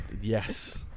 Yes